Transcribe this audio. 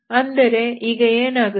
ಅಂದರೆ ಈಗ ಏನಾಗುತ್ತದೆ